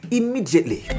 immediately